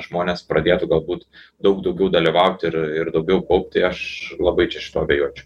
žmonės pradėtų galbūt daug daugiau dalyvaut ir ir daugiau kaupt tai aš labai čia šituo abejočiau